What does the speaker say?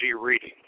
reading